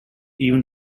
even